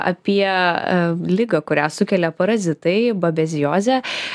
apie ligą kurią sukelia parazitai babeziozę